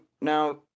now